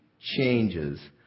changes